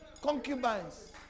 concubines